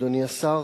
אדוני השר,